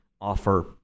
offer